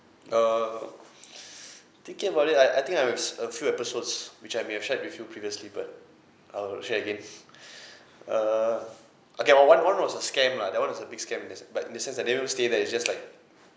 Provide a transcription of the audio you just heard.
err thinking about it I I think I have a few episodes which I may have shared with you previously but I'll share again err okay one one was a scam lah that one was a big scam there's but in the sense that they won't stay there it's just like